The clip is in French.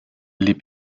les